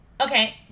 Okay